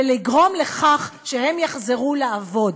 ולגרום לכך שהם יחזרו לעבוד.